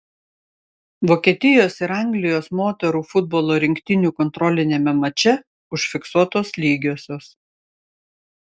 vokietijos ir anglijos moterų futbolo rinktinių kontroliniame mače užfiksuotos lygiosios